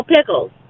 pickles